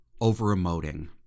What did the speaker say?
over-emoting